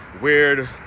weird